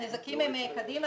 הנזקים הם קדימה,